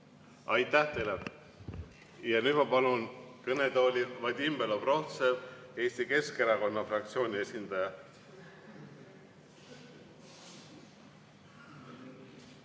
Aitäh teile! Ja nüüd ma palun kõnetooli, Vadim Belobrovtsev, Eesti Keskerakonna fraktsiooni esindaja.